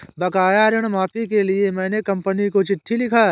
बकाया ऋण माफी के लिए मैने कंपनी को चिट्ठी लिखा है